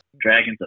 Dragons